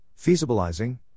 feasibilizing